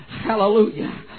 Hallelujah